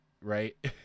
right